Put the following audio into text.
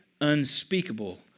unspeakable